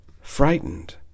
frightened